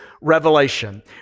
Revelation